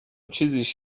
چیزیش